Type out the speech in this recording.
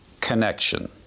connection